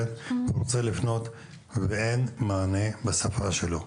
ורוצה לפנות ואין מענה בשפה שלו,